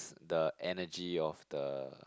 the energy of the